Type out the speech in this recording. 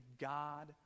God